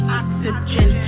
oxygen